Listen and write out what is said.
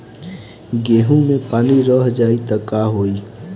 गेंहू मे पानी रह जाई त का होई?